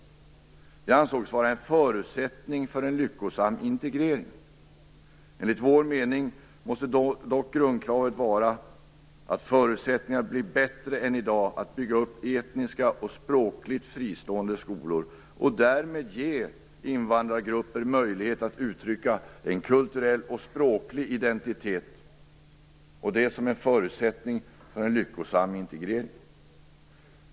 Det ansågs vara en förutsättning för en lyckosam integrering. Enligt vår mening måste dock grundkravet vara att förutsättningarna blir bättre än i dag för att bygga upp etniska och språkligt fristående skolor och därmed ge invandrargrupper möjlighet att uttrycka en kulturell och språklig identitet. Det kan ses som en förutsättning för en lyckosam integrering.